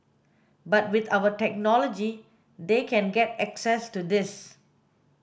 but with our technology they can get access to this